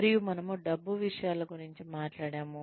మరియు మనము డబ్బు విషయాల గురించి మాట్లాడాము